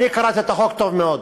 אני קראתי את החוק טוב מאוד.